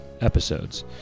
episodes